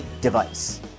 device